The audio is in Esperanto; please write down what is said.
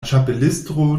ĉapelisto